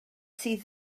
sydd